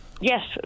Yes